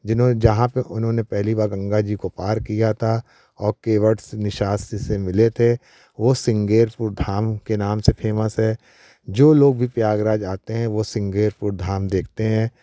जिन्हों जहाँ पर उन्होंने पहली बार गंगा जी को पार किया था और केवट निषाद जी से मिले थे वह श्रृंगारपुर धाम के नाम से फेमस है जो लोग भी प्रयागराज आते हैं वो श्रृंगारपुर धाम देखते हैं